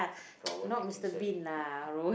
Rowan-Atkinson